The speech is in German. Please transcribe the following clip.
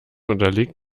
unterliegt